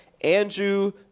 Andrew